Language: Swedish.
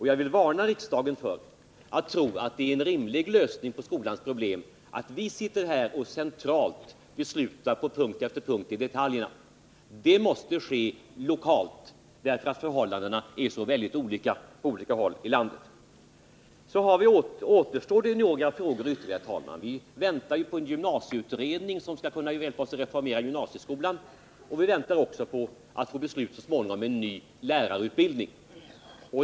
Jag vill varna riksdagen för att tro att det är en rimlig lösning på skolans problem att centralt besluta på punkt efter punkt i detaljfrågorna. De besluten måste fattas lokalt, eftersom förhållandena är så väldigt olika på olika håll i landet. Några ytterligare frågor återstår, herr talman. Vi väntar på en gymnasieutredning som skall hjälpa oss att reformera gymnasieskolan, och vi väntar också på att så småningom få ett beslut om en ny lärarutbildning.